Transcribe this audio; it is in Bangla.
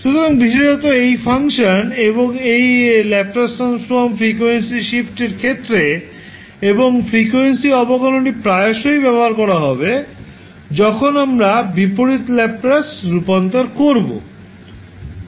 সুতরাং বিশেষত এই ফাংশন এবং এই ল্যাপ্লাস ট্রান্সফর্ম ফ্রিকোয়েন্সি শিফট এর ক্ষেত্রে এবং ফ্রিকোয়েন্সি অবকলনটি প্রায়শই ব্যবহার করা হবে যখন আমরা বিপরীত ল্যাপ্লাস রূপান্তর করব